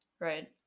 right